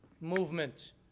movement